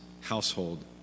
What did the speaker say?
household